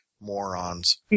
morons